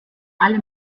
alle